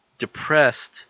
depressed